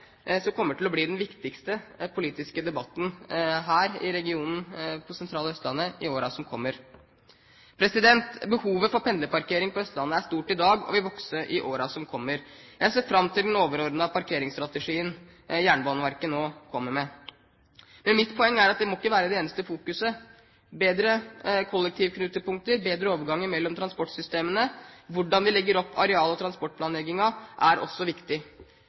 kommer til å bli den viktigste politiske debatten her i regionen, på det sentrale Østlandet, i årene som kommer. Behovet for pendlerparkering på Østlandet er stort i dag og vil vokse i årene som kommer. Jeg ser fram til den overordnede parkeringsstrategien Jernbaneverket nå kommer med. Men mitt poeng er at det må ikke være det eneste fokuset. Bedre kollektivknutepunkter, bedre overganger mellom transportsystemene og hvordan vi legger opp areal- og transportplanleggingen, er også viktig.